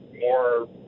more